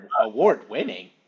Award-winning